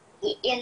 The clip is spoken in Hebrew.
הילדים,